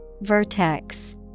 Vertex